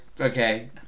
okay